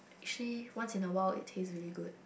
actually once in a while it taste really good